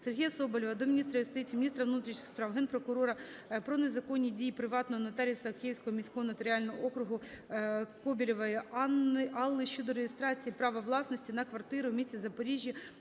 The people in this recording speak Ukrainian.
Сергія Соболєва до міністра юстиції, міністра внутрішніх справ, Генпрокурора про незаконні дії приватного нотаріуса Київського міського нотаріального округу Кобелєвої Алли щодо реєстрації права власності на квартири у місті Запоріжжі,